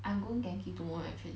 I'm going Genki tomorrow actually